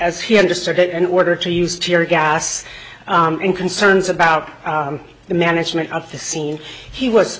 as he understood it in order to use tear gas in concerns about the management of the scene he was